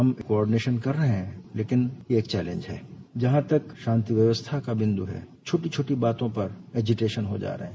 हम कोऑडिनेशन कर रहे हैं लेकिन यह एक चैलेंज है जहां तक शांति व्यवस्था का बिन्दु है छोटी छोटी बातों का इजिटेशन हो जा रहा है